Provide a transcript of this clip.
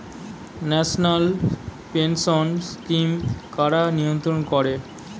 National pension scheme কারা নিয়ন্ত্রণ করে?